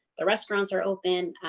the restaurants are open,